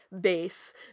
base